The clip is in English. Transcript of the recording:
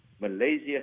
Malaysia